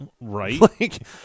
Right